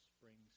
springs